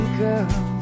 girl